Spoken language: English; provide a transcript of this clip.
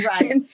Right